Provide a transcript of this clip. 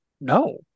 no